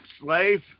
slave